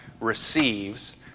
receives